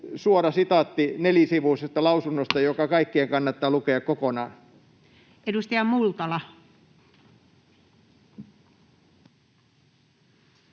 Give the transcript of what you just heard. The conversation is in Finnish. suora sitaatti nelisivuisesta lausunnosta, joka kaikkien kannattaa lukea kokonaan. Edustaja Multala.